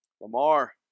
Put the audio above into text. Lamar